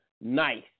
nice